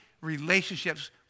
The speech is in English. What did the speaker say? relationships